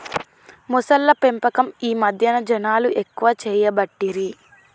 మొసళ్ల పెంపకం ఈ మధ్యన జనాలు ఎక్కువ చేయబట్టిరి